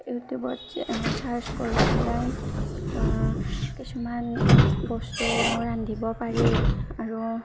ইউটিউবত চাৰ্চ কৰি পেলাই কিছুমান বস্তু ৰান্ধিব পাৰি আৰু